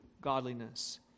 godliness